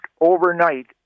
overnight